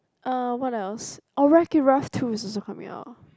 uh what else oh Wreck it Ralph two is also coming out